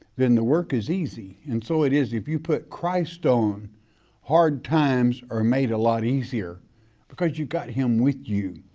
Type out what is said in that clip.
then the work is easy. and so it is if you put christ on hard times or made a lot easier because you got him with you.